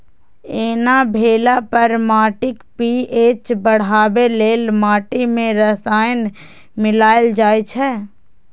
एना भेला पर माटिक पी.एच बढ़ेबा लेल माटि मे रसायन मिलाएल जाइ छै